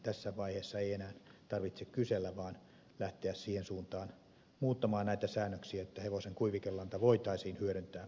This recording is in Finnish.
tässä vaiheessa ei enää tarvitse kysellä vaan lähteä siihen suuntaan muuttamaan näitä säännöksiä että hevosen kuivikelanta voitaisiin hyödyntää lämmöntuotannossa